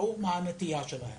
ברור מהי הנטייה שלהם.